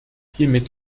hiermit